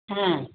ஆ